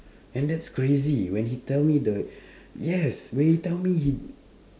and that's crazy when he tell me the yes when he tell me he